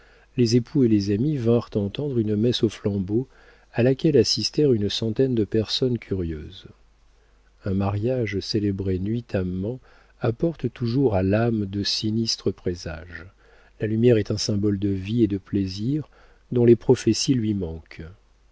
les époux et les amis vinrent entendre une messe aux flambeaux à laquelle assistèrent une centaine de personnes curieuses un mariage célébré nuitamment apporte toujours à l'âme de sinistres présages la lumière est un symbole de vie et de plaisir dont les prophéties lui manquent